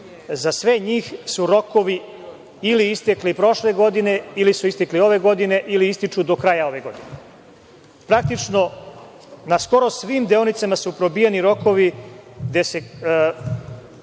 za sve njih su rokovi ili istekli prošle godine ili su istekli ove godine ili ističu do kraja ove godine. Praktično, na skoro svim deonicama su probijeni rokovi gde se